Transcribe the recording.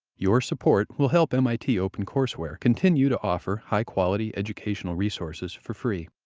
your support will help mit opencourseware continue to offer high-quality educational resources for free.